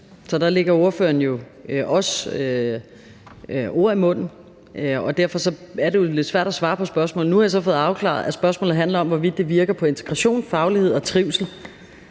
Så der lægger ordføreren os ord i munden, og derfor er det jo lidt svært at svare på spørgsmålet. Nu har jeg så fået afklaret, at spørgsmålet handler om, hvorvidt det virker på integration, faglighed og trivsel.